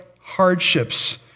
hardships